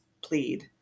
plead